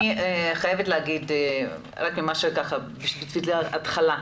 אני חייבת להגיד רק מהתחלה,